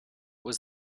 was